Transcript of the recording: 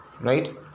Right